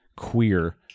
Queer